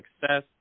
success